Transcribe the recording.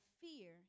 fear